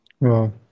Wow